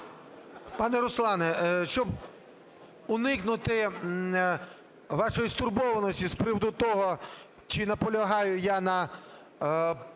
Пане Руслане, щоб уникнути вашої стурбованості з приводу того чи наполягаю я на